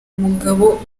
umugabo